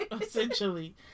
essentially